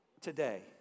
today